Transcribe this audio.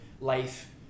life